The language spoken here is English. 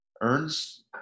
earns